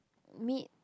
mid